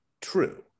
true